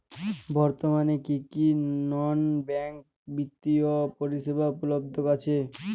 বর্তমানে কী কী নন ব্যাঙ্ক বিত্তীয় পরিষেবা উপলব্ধ আছে?